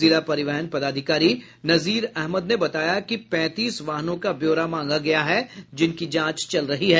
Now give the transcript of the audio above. जिला परिवहन पदाधिकारी नजीर अहमद ने बताया कि पैंतीस वाहनों का ब्यौरा मांगा गया है जिनकी जांच चल रही है